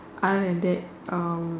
other than that um